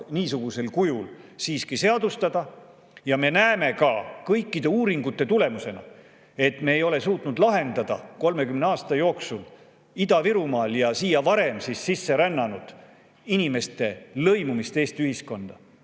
niisugusel kujul siiski seadustada ja me näeme ka kõikide uuringute tulemusena, et me ei ole suutnud lahendada 30 aasta jooksul Ida-Virumaal siia varem sisse rännanud inimeste lõimumist Eesti ühiskonda.